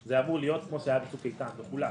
זה אמור להיות כפי שהיה בצוק איתן לכולם.